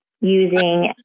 using